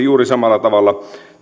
juuri samalla tavalla